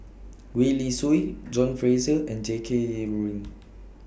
Gwee Li Sui John Fraser and Jackie Yi Ru Ying